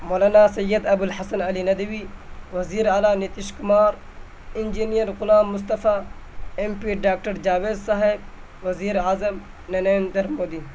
مولانا سید ابو الحسن علی ندوی وزیر اعلیٰ Nitish Kumar engineer Ghulam Mustafa M P doctor Javed sahab وزیر اعظم نریندر مودی